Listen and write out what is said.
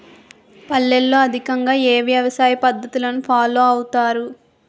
పల్లెల్లో అధికంగా ఏ వ్యవసాయ పద్ధతులను ఫాలో అవతారు?